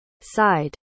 side